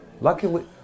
Luckily